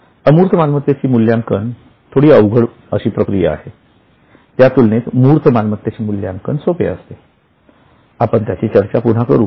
अमूर्त मालमत्तेचे मूल्यांकन थोडी अवघड प्रक्रिया आहे त्या तुलनेत मूर्त मालमत्तेचे मूल्यांकन सोपे असते आपण त्याची चर्चा पुन्हा करू